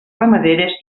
ramaderes